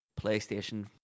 Playstation